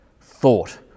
thought